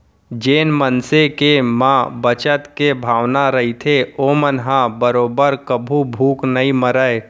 जेन मनसे के म बचत के भावना रहिथे ओमन ह बरोबर कभू भूख नइ मरय